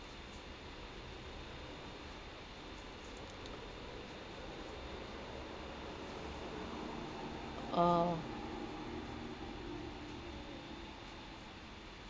uh